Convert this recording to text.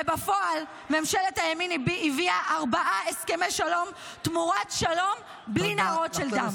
ובפועל ממשלת הימין הביאה ארבעה הסכמי שלום תמורת שלום בלי נהרות של דם.